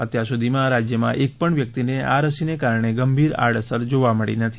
અત્યાર સુધીમાં રાજ્યમાં એક પણ વ્યક્તિને આ રસીના કારણે ગંભીર આડઅસર જોવા મળી નથી